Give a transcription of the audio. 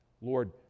Lord